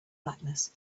blackness